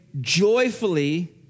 joyfully